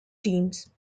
teams